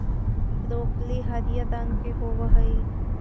broccoli हरियर रंग के होब हई